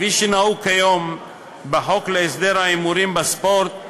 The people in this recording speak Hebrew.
כפי שנהוג כיום בחוק להסדר ההימורים בספורט,